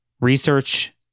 Research